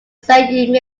say